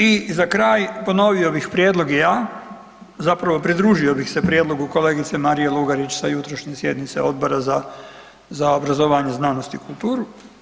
I za kraj, ponovio bih prijedlog i ja, zapravo, pridružio bih se prijedlogu kolegice Marije Lugarić sa jutrošnje sjednice Odbora za obrazovanje, znanost i kulturu.